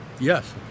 Yes